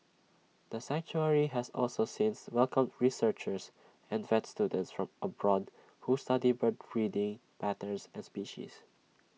the sanctuary has also since welcomed researchers and vet students from abroad who study bird breeding patterns and species